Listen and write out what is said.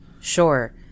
Sure